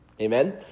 Amen